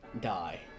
Die